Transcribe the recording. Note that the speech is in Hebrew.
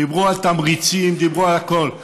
דיברו על תמריצים, דיברו על הכול.